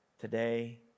Today